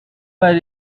bet